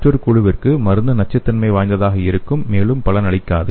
மற்றொரு குழுவிற்கு மருந்து நச்சுத்தன்மை வாய்ந்தாக இருக்கும் மேலும் பயனளிக்காது